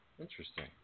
Interesting